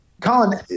Colin